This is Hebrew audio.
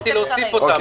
אמרתי להוסיף אותם.